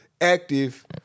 active